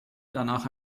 danach